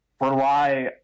rely